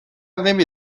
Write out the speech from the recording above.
نمی